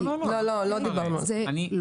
לא דיברנו על זה.